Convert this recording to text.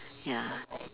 ya